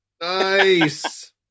Nice